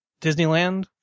Disneyland